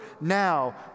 now